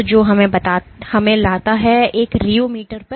तो जो हमें लाता है एक रियो मीटर पर